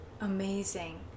Amazing